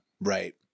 right